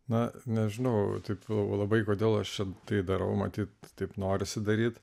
na nežinau taip labai kodėl aš tai darau matyt taip norisi daryti